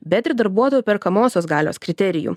bet ir darbuotojų perkamosios galios kriterijų